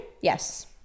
Yes